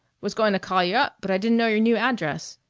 was going to call you up, but i didn't know your new address.